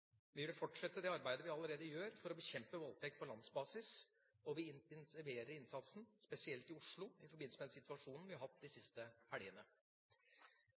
Vi vil fortsette det arbeidet vi allerede gjør for å bekjempe voldtekt på landsbasis, og vi intensiverer innsatsen, spesielt i Oslo, i forbindelse med den situasjonen vi har hatt de siste helgene.